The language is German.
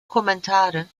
kommentare